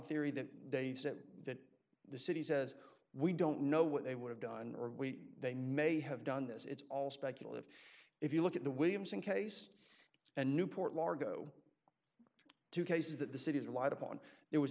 theory that they said that the city says we don't know what they would have done or we they may have done this it's all speculative if you look at the williamson case and newport largo two cases that the city is a lot of on there was